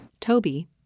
Toby